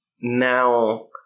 now